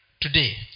today